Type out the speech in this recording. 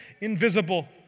invisible